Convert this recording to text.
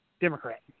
Democrat